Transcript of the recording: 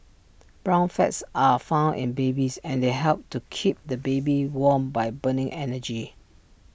brown fats are found in babies and they help to keep the baby warm by burning energy